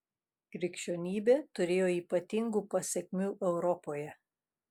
krikščionybė turėjo ypatingų pasekmių europoje